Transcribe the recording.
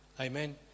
Amen